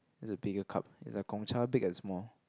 there's a bigger cup is like Gong-Cha big and small